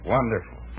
Wonderful